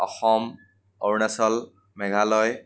Assam Arunachal Meghalaya